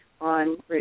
on